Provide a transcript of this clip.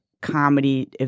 comedy